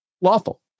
lawful